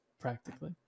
practically